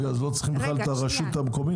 אז לא צריך בכלל את הרשות המקומית?